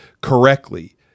correctly